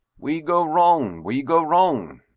we go wrong, we go wrong.